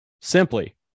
simply